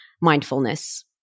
mindfulness